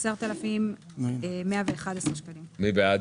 מי בעד